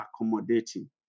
accommodating